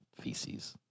feces